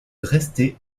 dresde